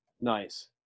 Nice